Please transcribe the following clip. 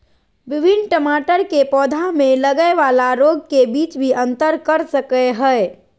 विभिन्न टमाटर के पौधा में लगय वाला रोग के बीच भी अंतर कर सकय हइ